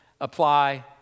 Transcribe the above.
apply